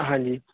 ਹਾਂਜੀ